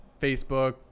Facebook